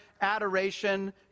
adoration